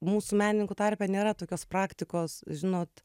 mūsų menininkų tarpe nėra tokios praktikos žinot